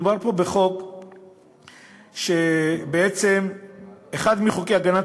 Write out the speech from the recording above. מדובר פה בחוק שבעצם הוא אחד מחוקי הגנת